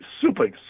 super